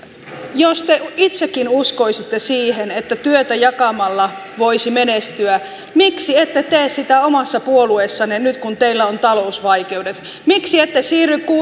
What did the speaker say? jos te itsekin uskoisitte siihen että työtä jakamalla voisi menestyä miksi ette tee sitä omassa puolueessanne nyt kun teillä on talousvaikeudet miksi ette siirry